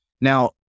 Now